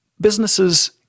businesses